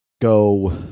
go